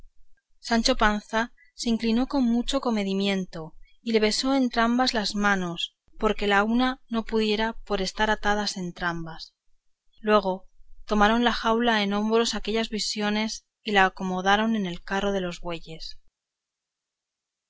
sancho panza se le inclinó con mucho comedimiento y le besó entrambas las manos porque la una no pudiera por estar atadas entrambas luego tomaron la jaula en hombros aquellas visiones y la acomodaron en el carro de los bueyes